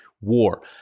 war